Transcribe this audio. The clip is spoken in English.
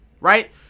Right